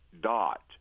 Dot